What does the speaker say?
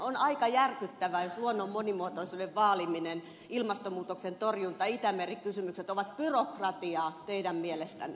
on aika järkyttävää jos luonnon monimuotoisuuden vaaliminen ilmastonmuutoksen torjunta itämeri kysymykset ovat byrokratiaa teidän mielestänne